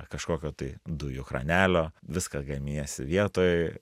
kažkokio tai dujų kranelio viską gaminiesi vietoj